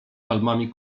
palmami